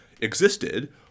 existed